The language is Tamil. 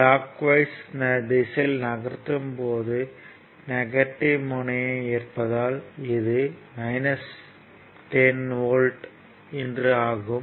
கிளாக் வைஸ் திசையில் நகர்த்தும் போது நெகட்டிவ் முனையம் இருப்பதால் இது 10 வோல்ட் என்று ஆகும்